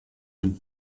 dem